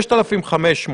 6,500 עברו.